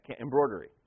embroidery